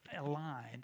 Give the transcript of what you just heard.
aligned